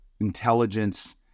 intelligence